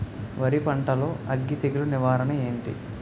వరి పంటలో అగ్గి తెగులు నివారణ ఏంటి?